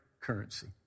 currency